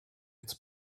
its